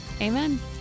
Amen